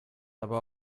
aber